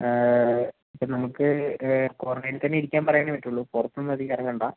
ഇപ്പോൾ നമുക്ക് ക്വാറൻറ്റേനിൽ തന്നെ ഇരിക്കാൻ പറയാനേ പറ്റുള്ളൂ പുറത്തൊന്നും അധികം ഇറങ്ങേണ്ട